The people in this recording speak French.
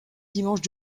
dimanche